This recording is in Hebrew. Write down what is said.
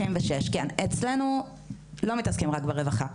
אצלנו לא מתעסקים רק ברווחה.